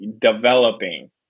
developing